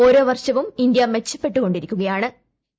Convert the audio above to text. ഓരോ വർഷവും ഇന്ത്യ മെച്ചപ്പെട്ട് കൊണ്ടിരിക്കുക ആണ്